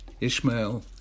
Ishmael